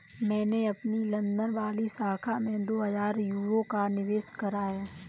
मैंने अपनी लंदन वाली शाखा में दो हजार यूरो का निवेश करा है